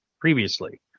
previously